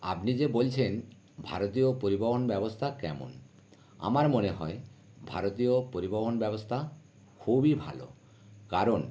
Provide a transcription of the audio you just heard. আপনি যে বলছেন ভারতীয় পরিবহন ব্যবস্থা কেমন আমার মনে হয় ভারতীয় পরিবহন ব্যবস্থা খুবই ভালো কারণ